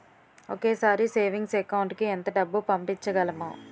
ఒకేసారి savings account కి ఎంత డబ్బు పంపించగలము?